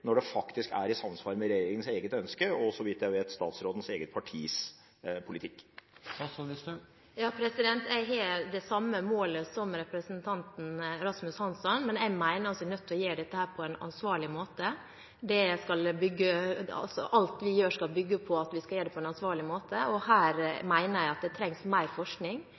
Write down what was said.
når det faktisk er i samsvar med regjeringens eget ønske og – så vidt jeg vet – statsrådens eget partis politikk. Jeg har det samme målet som representanten Rasmus Hansson, men jeg mener at vi er nødt til å gjøre dette på en ansvarlig måte. Alt vi gjør, skal bygge på at vi skal gjøre det på en ansvarlig måte, og her mener jeg at det trengs mer forskning,